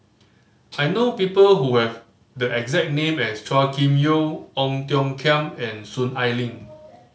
I know people who have the exact name as Chua Kim Yeow Ong Tiong Khiam and Soon Ai Ling